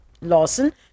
Lawson